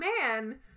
man